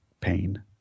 pain